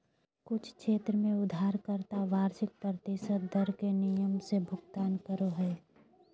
कुछ क्षेत्र में उधारकर्ता वार्षिक प्रतिशत दर के नियम से भुगतान करो हय